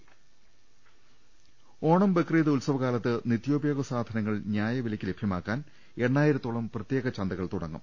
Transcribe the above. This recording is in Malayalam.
രദേഷ്ടെടു ഓണം ബക്രീദ് ഉത്സവ കാലത്ത് നിത്യോപയോഗ സാധനങ്ങൾ ന്യായ വിലയ്ക്ക് ലഭ്യമാക്കാൻ എണ്ണായിരത്തോളം പ്രത്യേക ചന്തകൾ തുടങ്ങും